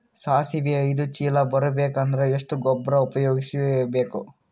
ಸಾಸಿವಿ ಐದು ಚೀಲ ಬರುಬೇಕ ಅಂದ್ರ ಎಷ್ಟ ಗೊಬ್ಬರ ಉಪಯೋಗಿಸಿ ಬೇಕು?